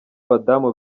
badamu